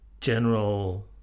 general